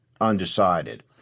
undecided